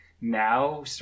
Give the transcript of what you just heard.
now